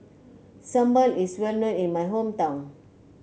Sambal is well known in my hometown